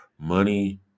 money